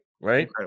Right